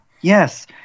yes